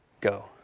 go